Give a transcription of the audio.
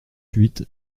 huit